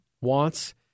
wants